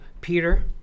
Peter